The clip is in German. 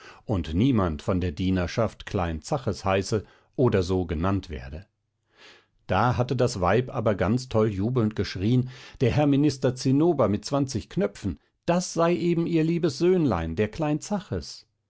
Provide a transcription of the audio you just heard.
und niemand von der dienerschaft klein zaches heiße oder so genannt werde da hatte das weib aber ganz toll jubelnd geschrien der herr minister zinnober mit zwanzig knöpfen das sei eben ihr liebes söhnlein der klein zaches